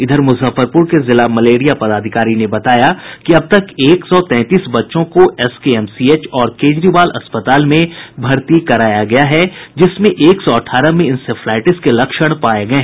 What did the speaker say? इधर मुजफ्फरपुर के जिला मलेरिया पदाधिकारी ने बताया कि अब तक एक सौ तैंतीस बच्चों को एसकेएमसीएच और केजरीवाल अस्पताल में भर्ती कराया गया है जिसमें एक सौ अठारह में इंसेफ्लाईटिस के लक्षण पाये गये